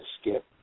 skip